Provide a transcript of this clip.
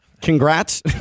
Congrats